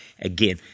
again